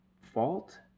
fault